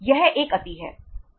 यह एक अति है